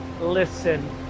listen